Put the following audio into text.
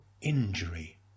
injury